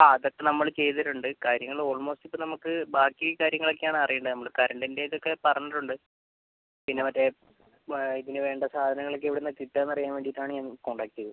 ആ അതൊക്കേ നമ്മള് ചെയ്തിട്ടുണ്ട് കാര്യങ്ങൾ ഓൾമോസ്റ്റ് ഇപ്പോ നമുക്ക് ബാക്കി കാര്യങ്ങളൊക്കേ ആണ് അറിയേണ്ടത് നമ്മള് കരണ്ടിൻ്റ ഇതൊക്കെ പറഞ്ഞിട്ടുണ്ട് പിന്നേ മറ്റേ ഇതിന് വേണ്ട സാധനങ്ങളൊക്കേ എവിടിന്നാ കിട്ടാന്ന് അറിയാൻ വേണ്ടീട്ടാണ് ഞാൻ കോൺടാക്ട് ചെയ്തത്